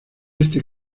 este